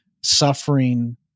suffering